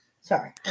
Sorry